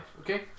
Okay